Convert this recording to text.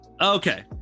Okay